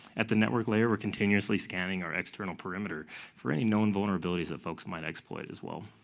at the network layer, we're continuously scanning our external perimeter for any known vulnerabilities that folks might exploit, as well.